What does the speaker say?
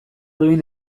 duin